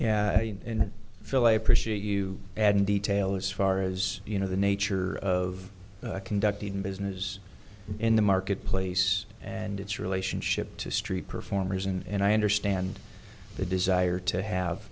and phil i appreciate you add in detail as far as you know the nature of conducting business in the marketplace and its relationship to street performers and i understand the desire to have